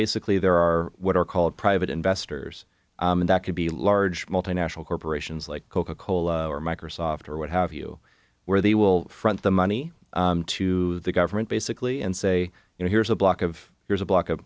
basically there are what are called private investors and that could be large multinational corporations like coca cola or microsoft or what have you where they will front the money to the government basically and say you know here's a block of here's a block of